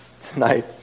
tonight